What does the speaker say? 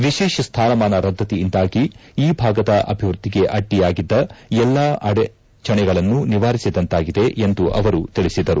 ವಿಶೇಷ ಸ್ವಾನಮಾನ ರದ್ದತಿಯಿಂದಾಗಿ ಈ ಭಾಗದ ಅಭಿವೃದ್ದಿಗೆ ಅಡ್ಡಿಯಾಗಿದ್ದ ಎಲ್ಲಾ ಅಡಚಣೆಗಳನ್ನು ನಿವಾರಿಸಿದಂತಾಗಿದೆ ಎಂದು ಅವರು ತಿಳಿಸಿದರು